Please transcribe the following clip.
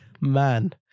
Man